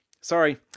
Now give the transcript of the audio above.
sorry